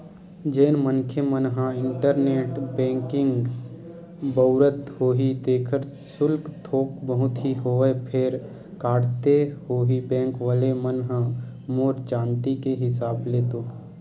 जेन मनखे मन ह इंटरनेट बेंकिग बउरत होही तेखर सुल्क थोक बहुत ही होवय फेर काटथे होही बेंक वले मन ह मोर जानती के हिसाब ले तो